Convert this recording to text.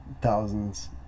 Thousands